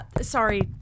sorry